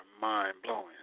mind-blowing